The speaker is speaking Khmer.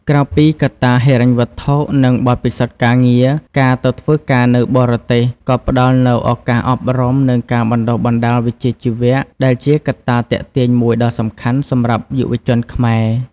ក្រៅពីកត្តាហិរញ្ញវត្ថុ និងបទពិសោធន៍ការងារ ការទៅធ្វើការនៅបរទេសក៏ផ្ដល់នូវឱកាសអប់រំ និងការបណ្ដុះបណ្ដាលវិជ្ជាជីវៈ ដែលជាកត្តាទាក់ទាញមួយដ៏សំខាន់សម្រាប់យុវជនខ្មែរ។